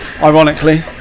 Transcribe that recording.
ironically